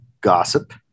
gossip